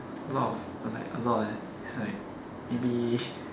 a lot of like a lot leh is like maybe